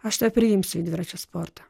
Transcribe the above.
aš tave priimsiu į dviračių sportą